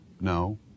no